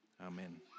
Amen